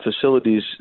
facilities